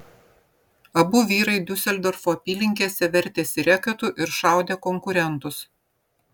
abu vyrai diuseldorfo apylinkėse vertėsi reketu ir šaudė konkurentus